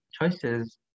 choices